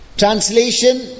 Translation